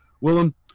Willem